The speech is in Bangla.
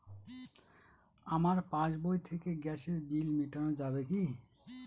আমার পাসবই থেকে গ্যাসের বিল মেটানো যাবে কি?